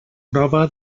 prova